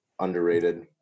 underrated